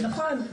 נכון.